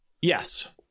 yes